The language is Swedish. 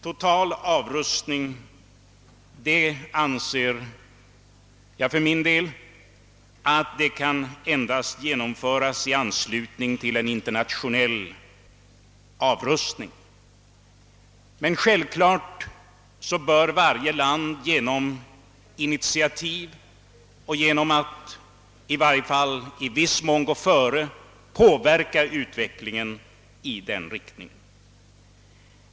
Total avrustning anser jag endast kunna genomföras i anslutning till en internationell avrustning. Givetvis bör dock varje land genom initiativ och genom att åtminstone i viss mån gå före påverka utvecklingen i denna riktning.